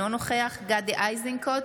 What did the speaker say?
אינו נוכח גדי איזנקוט,